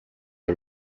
the